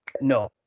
no